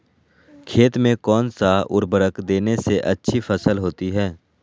खेत में कौन सा उर्वरक देने से अच्छी फसल होती है?